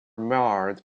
marred